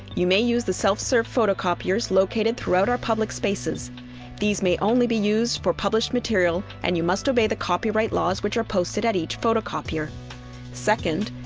you may use the self-serve photocopiers located throughout our public spaces these may only be used for published material and you must obey the copyright laws, which are posted at each photocopier second,